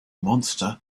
monster